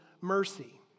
mercy